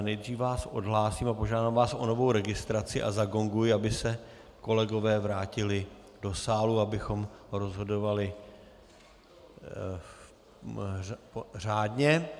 Nejdříve vás odhlásím a požádám vás o novou registraci a zagonguji, aby se kolegové vrátili do sálu, abychom rozhodovali řádně.